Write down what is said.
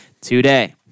today